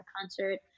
concert